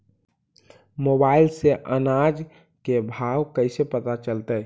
Mobile से अनाज के भाव कैसे पता चलतै?